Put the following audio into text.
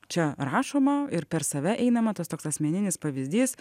čia rašoma ir per save einama tas toks asmeninis pavyzdys